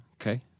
Okay